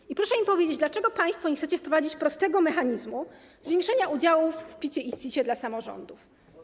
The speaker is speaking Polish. I proszę mi powiedzieć, dlaczego państwo nie chcecie wprowadzić prostego mechanizmu zwiększenia udziałów w PIT i CIT dla samorządów?